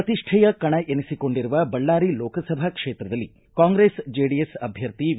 ಪ್ರತಿಷ್ಠೆಯ ಕಣ ಎನಿಸಿಕೊಂಡಿರುವ ಬಳ್ಳಾರಿ ಲೋಕಸಭಾ ಕ್ಷೇತ್ರದಲ್ಲಿ ಕಾಂಗ್ರೆಸ್ ಜೆಡಿಎಸ್ ಅಭ್ಯರ್ಥಿ ವಿ